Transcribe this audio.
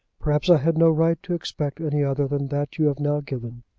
perhaps i had no right to expect any other than that you have now given